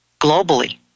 globally